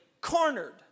cornered